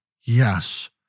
Yes